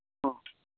ꯑꯣ